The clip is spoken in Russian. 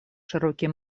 широкие